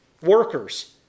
Workers